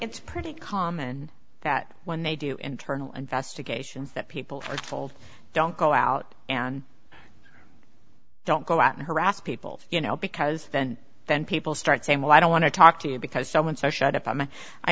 it's pretty common that when they do internal investigation that people are told don't go out and don't go out and harass people you know because then then people start saying well i don't want to talk to you because someone so shut up i mean i